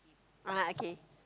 ah okay